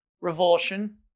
revulsion